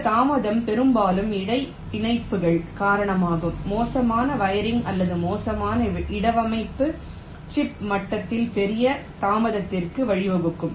இந்த தாமதம் பெரும்பாலும் இடை இணைப்புகள் காரணமாகும் மோசமான வயரிங் அல்லது மோசமான இடவமைவுப்பு சிப் மட்டத்தில் பெரிய தாமதத்திற்கு வழிவகுக்கும்